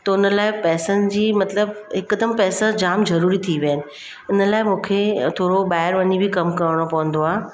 त उन लाइ पैसनि जी मतिलबु हिकदमि पैसा जाम ज़रूरी थी विया आहिनि उन लाइ मूंखे थोरो ॿाहिरि वञी बि कमु करिणो पवंदो आहे